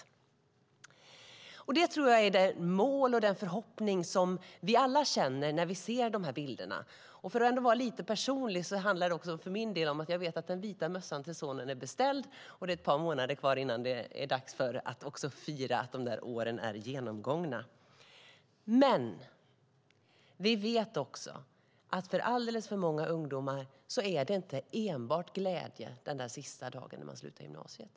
Det tror jag är det mål och den förhoppning som vi alla känner när vi ser de här bilderna. För att ändå vara lite personlig handlar det för min del också om att jag vet att den vita mössan till sonen är beställd, och det är ett par månader kvar innan det är dags att också fira att de där åren är genomgångna. Ändå vet vi också att det för alldeles för många ungdomar inte enbart är glädje den där sista dagen när de slutar gymnasiet.